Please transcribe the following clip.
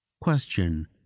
question